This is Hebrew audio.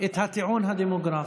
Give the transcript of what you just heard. את הטיעון הדמוגרפי.